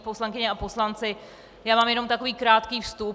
Poslankyně a poslanci, já mám jenom takový krátký vstup.